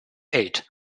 eight